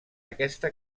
aquesta